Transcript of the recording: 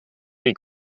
die